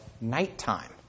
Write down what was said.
nighttime